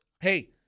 Hey